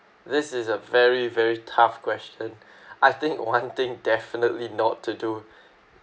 this is a very very tough question I think one thing definitely not to do